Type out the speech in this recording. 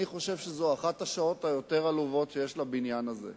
אני חושב שזו אחת השעות היותר-עלובות של הבניין הזה.